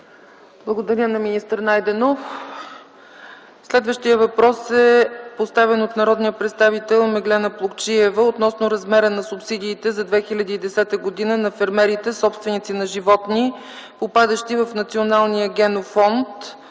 Благодаря на министър Найденов. Следващият въпрос е поставен от народния представител Меглена Плугчиева относно размера на субсидиите за 2010 г. на фермерите, собственици на животни, попадащи в Националния генофонд